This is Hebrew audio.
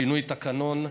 שינוי תקנון.